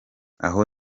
aho